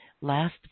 Last